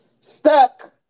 stuck